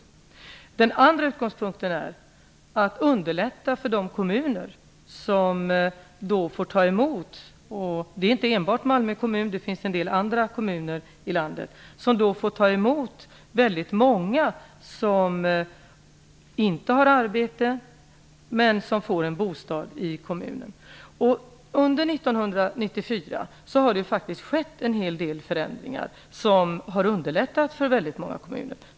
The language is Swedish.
Ytterligare en utgångspunkt är att vi skall underlätta för de kommuner som får ta emot väldigt många personer som inte har arbete men som får en bostad i kommunen. Detta gäller inte bara Malmö utan även en del andra kommuner i landet. Under 1994 har det faktiskt skett en hel del förändringar som har underlättat för väldigt många kommuner.